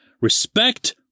Respect